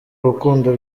rukundo